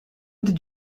did